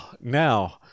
now